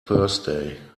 thursday